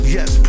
Yes